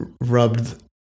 rubbed